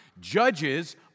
Judges